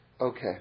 Okay